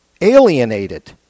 alienated